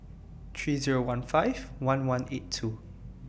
three Zero one five one one eight two